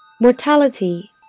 Mortality